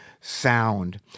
sound